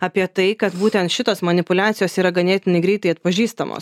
apie tai kad būtent šitos manipuliacijos yra ganėtinai greitai atpažįstamos